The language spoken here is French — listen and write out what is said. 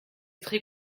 très